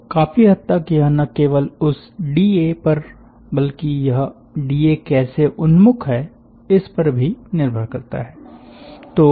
तो काफ़ी हद तक यह न केवल उस डीए पर बल्कि यह डीए कैसे उन्मुख है इस पर भी निर्भर करता है